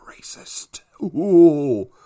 racist